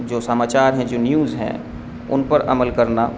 جو ساماچار ہیں جو نیوز ہیں ان پر عمل کرنا